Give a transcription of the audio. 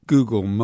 Google